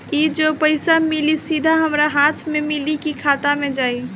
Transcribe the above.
ई जो पइसा मिली सीधा हमरा हाथ में मिली कि खाता में जाई?